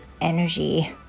energy